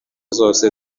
zose